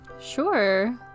Sure